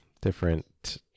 different